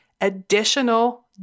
additional